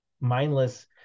mindless